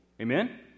Amen